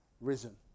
risen